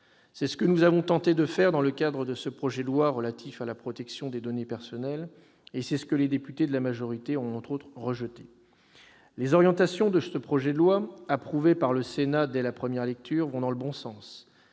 C'est ce que nous avons tenté de faire dans le cadre de ce projet de loi relatif à la protection des données personnelles et c'est ce que les députés de la majorité ont notamment rejeté. Les orientations de ce projet de loi, approuvées par le Sénat dès la première lecture, vont dans le bon sens.